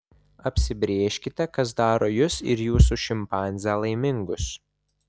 apsibrėžkite kas daro jus ir jūsų šimpanzę laimingus